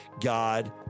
God